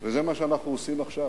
וזה מה שאנחנו עושים עכשיו.